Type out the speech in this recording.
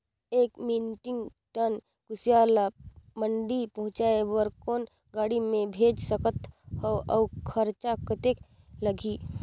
एक metric ton कुसियार ल मंडी पहुंचाय बर कौन गाड़ी मे भेज सकत हव अउ खरचा कतेक लगही?